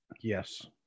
Yes